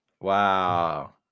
wow